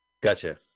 Gotcha